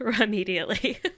immediately